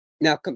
Now